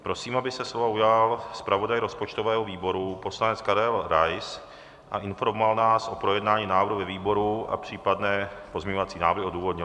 Prosím, aby se slova ujal zpravodaj rozpočtového výboru poslanec Karel Rais a informoval nás o projednání návrhu ve výboru a případné pozměňovací návrhy odůvodnil.